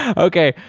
um okay,